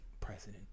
president